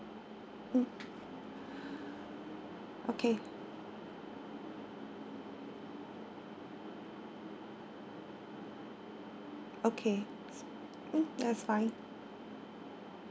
mm okay okay mm that's fine